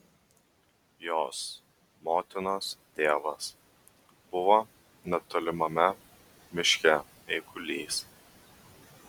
jos motinos tėvas buvo netolimame miške eigulys